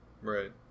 right